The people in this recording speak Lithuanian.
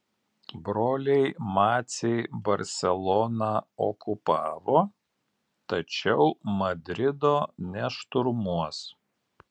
broliai maciai barseloną okupavo tačiau madrido nešturmuos